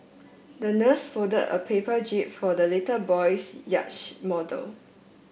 the nurse folded a paper jib for the little boy's yacht model